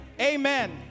amen